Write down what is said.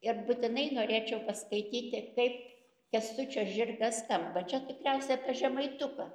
ir būtinai norėčiau paskaityti kaip kęstučio žirgas tampa čia tikriausiai apie žemaituką